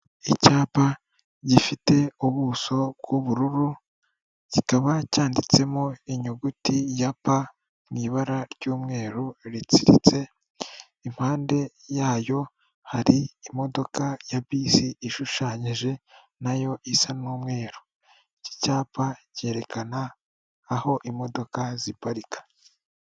Icyapa gifite ubuso bw'ubururu kikaba cyanditsemo inyuguti ya p mu ibara ry'umweru ritsiritse .Impande yayo hari imodoka ya bisi ishushanyije nayo isa n'umweru, iki cyapa cyerekana aho imodoka ziparika.